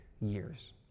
years